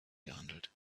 gehandelt